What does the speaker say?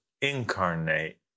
incarnate